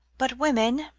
but women,